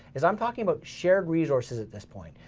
is i'm talking about shared resources at this point.